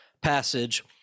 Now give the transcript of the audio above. passage